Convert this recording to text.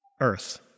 earth